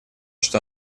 что